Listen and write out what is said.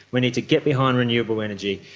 we need to get behind renewable energy,